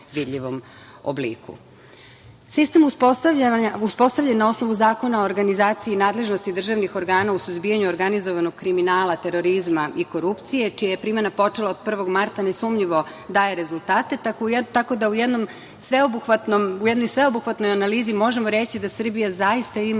vidljivom obliku. Sistem uspostavljen na osnovu Zakona o organizaciji i nadležnosti državnih organa u suzbijanju organizovanog kriminala, terorizma i korupcije čija je primena počela od 1. marta nesumnjivo daje rezultate, tako da u jednoj sveobuhvatnoj analizi možemo reći da Srbija zaista ima